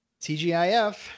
TGIF